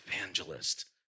evangelist